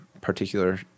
particular